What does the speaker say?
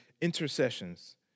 intercessions